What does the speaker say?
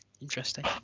interesting